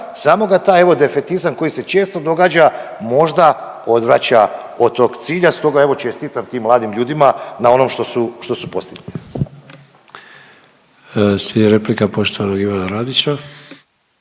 samo ga taj evo defetizam koji se često događa možda odvraća od tog cilja, stoga, evo, čestitam tim mladim ljudima na onom što su postigli. **Sanader, Ante (HDZ)** Slijedi replika poštovanog Ivana Radića.